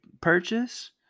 purchase